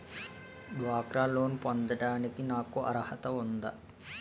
డ్వాక్రా లోన్ పొందటానికి నాకు అర్హత ఉందా?